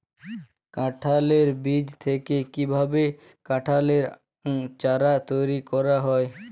কাঁঠালের বীজ থেকে কীভাবে কাঁঠালের চারা তৈরি করা হয়?